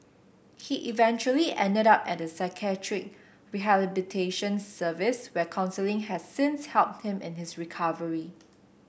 he eventually ended up at a psychiatric rehabilitation service where counselling has since helped him in his recovery